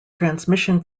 transmission